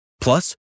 Plus